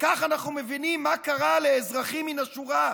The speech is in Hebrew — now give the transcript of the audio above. וכך אנחנו מבינים מה קרה לאזרחים מן השורה,